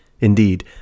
Indeed